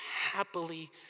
happily